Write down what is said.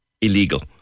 illegal